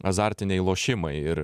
azartiniai lošimai ir